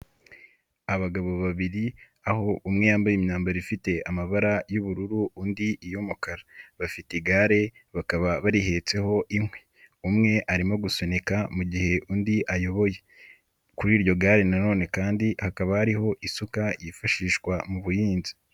Abagabo babiri aho umwe yambaye imyambaro ifite amabara y'ubururu undi iy'umukara bafite igare bakaba barihetseho inkwi, umwe arimo gusunika mu gihe undi ayoboye, kuri iryo gare nanone kandi hakaba hari isuka yifashishwa mu buhinzi.